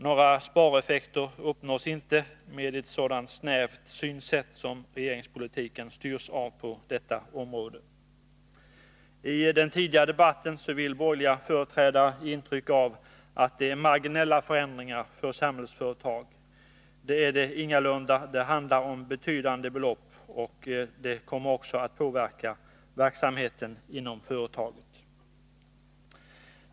Några spareffekter uppnås inte med ett sådant snävt synsätt som regeringspolitiken styrs av på detta område. I den tidigare debatten ville borgerliga företrädare ge intryck av att det gäller marginella förändringar för Samhällsföretag. Så är ingalunda fallet. Det handlar om betydande belopp, och det kommer att påverka verksamheten inom företaget.